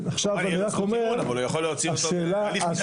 הוא יכול להוציא אותו בהליך מנהלי